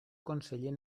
conseller